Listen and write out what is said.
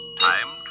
time